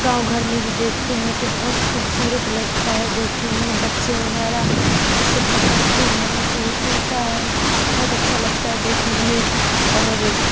گاؤں گھر میں دیکھتے ہیں تو بہت خوبصورت لگتا ہے دیکھنے میں بچے وغیرہ اسے پکڑتے ہیں تو اڑتا ہے تو بہت اچھا لگتا ہے دیکھنے میں اور